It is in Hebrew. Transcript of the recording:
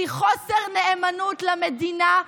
והיא חוסר נאמנות למדינה,